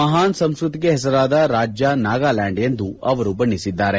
ಮಹಾನ್ ಸಂಸ್ಕೃತಿಗೆ ಹೆಸರಾದ ರಾಜ್ಯ ನಾಗಾಲ್ಕಾಂಡ್ ಎಂದು ಬಣಿಸಿದ್ದಾರೆ